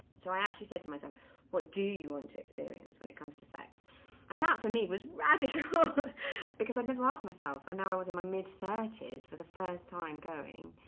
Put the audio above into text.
so i actually said to myself what do you want to experience when it comes to sex and that for me was radical because i've never asked myself and now i was in my mid thirty s for the first time going,